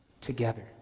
together